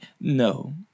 no